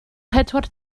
pedwar